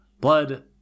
Blood